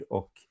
och